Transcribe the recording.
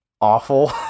awful